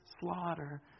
slaughter